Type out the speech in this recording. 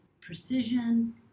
precision